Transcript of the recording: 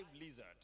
lizard